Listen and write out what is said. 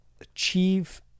achieve